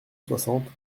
soixante